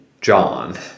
John